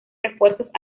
refuerzos